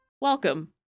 Welcome